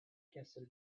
castle